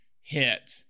hit